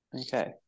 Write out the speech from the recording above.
Okay